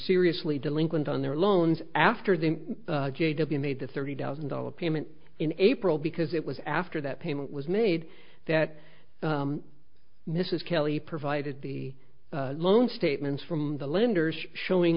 seriously delinquent on their loans after the jadeveon made the thirty thousand dollars payment in april because it was after that payment was made that mrs kelly provided the loan statements from the lenders showing